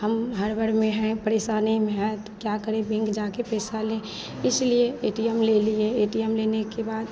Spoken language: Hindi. हम हड़बड़ में हैं परेशानी में हैं तो क्या करें बेंक जाकर पैसा लें इसलिए ए टि यम ले लिए ए टि यम लेने के बाद